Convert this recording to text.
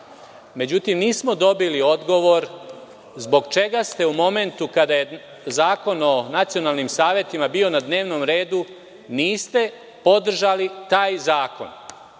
Međutim, nismo dobili odgovor zbog čega u momentu kada je Zakon o nacionalnim savetima bio na dnevnom redu, niste podržali taj zakon?